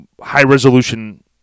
high-resolution